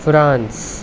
France